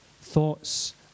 thoughts